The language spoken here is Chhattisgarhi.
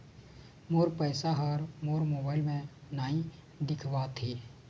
मोर पैसा ह मोर मोबाइल में नाई दिखावथे